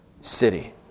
city